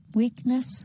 weakness